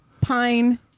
Pine